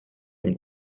from